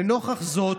לנוכח זאת,